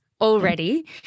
Already